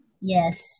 Yes